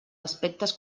aspectes